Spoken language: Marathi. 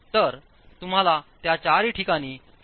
तर तुम्हाला त्या चारही ठिकाणी 0